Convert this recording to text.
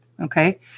okay